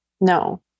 No